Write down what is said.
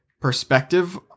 perspective